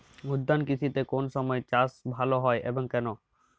উদ্যান কৃষিতে কোন সময় চাষ ভালো হয় এবং কেনো?